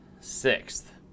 sixth